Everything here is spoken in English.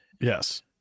Yes